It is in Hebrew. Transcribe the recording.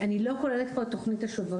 אני לא כוללת פה את תוכנית השוברים,